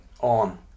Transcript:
On